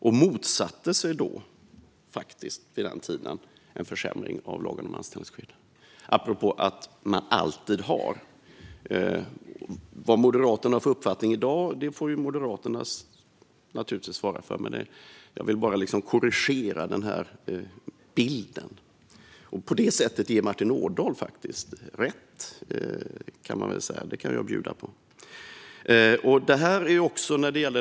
Han motsatte sig faktiskt en försämring av lagen om anställningsskydd vid den tiden, apropå att de alltid har. Vad Moderaterna har för uppfattning i dag får naturligtvis de svara för. Jag vill bara korrigera bilden och på det sättet faktiskt ge Martin Ådahl rätt - det kan jag bjuda på.